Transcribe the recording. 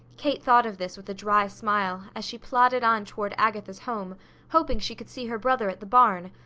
kate thought of this with a dry smile as she plodded on toward agatha's home hoping she could see her brother at the barn,